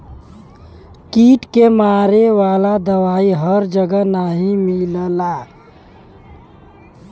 कीट के मारे वाला दवाई हर जगह नाही मिलला